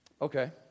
Okay